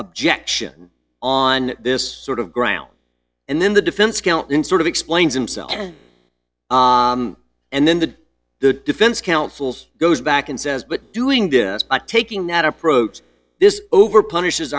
objection on this sort of ground and then the defense counsel in sort of explains himself and then the defense counsels goes back and says but doing this by taking that approach this over punishes